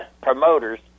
promoters